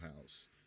House